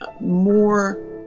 more